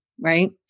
right